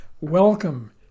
Welcome